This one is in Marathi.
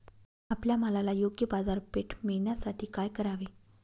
आपल्या मालाला योग्य बाजारपेठ मिळण्यासाठी काय करावे?